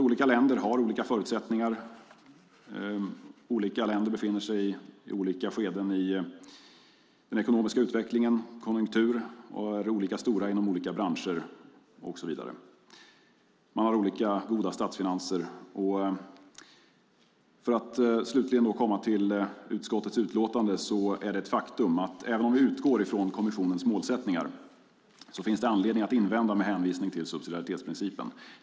Olika länder befinner sig i olika skeden i den ekonomiska utvecklingen och i olika lägen i konjunkturen, är olika stora inom olika branscher, har olika goda statsfinanser och så vidare. För att slutligen komma till utskottets utlåtande är det ett faktum att - även om vi utgår från kommissionens målsättningar - det finns anledning att invända med hänvisning till subsidiaritetsprincipen.